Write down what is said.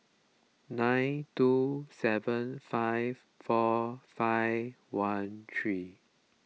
nine two seven five four five one three